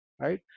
right